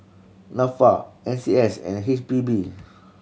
Nafa N C S and H P B